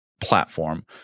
platform